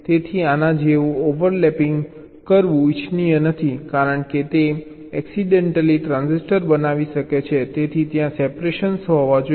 તેથી આના જેવું ઓવરલેપિંગ કરવું ઇચ્છનીય નથી કારણ કે તે એક્સીડન્ટલી ટ્રાન્ઝિસ્ટર બનાવી શકે છે તેથી ત્યાં સેપરેશન હોવા જોઈએ